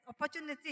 opportunity